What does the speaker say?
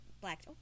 black